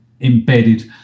embedded